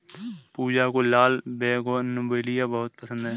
पूजा को लाल बोगनवेलिया बहुत पसंद है